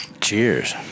Cheers